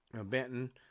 benton